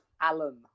Alan